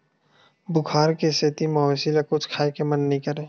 बुखार के सेती मवेशी ल कुछु खाए के मन नइ करय